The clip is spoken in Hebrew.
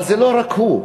אבל זה לא רק הוא.